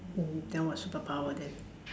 then what superpower then